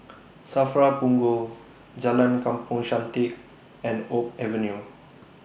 SAFRA Punggol Jalan Kampong Chantek and Oak Avenue